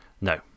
No